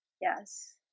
Yes